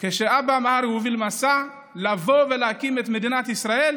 כשאבא מהרי הוביל מסע לבוא ולהקים את מדינת ישראל,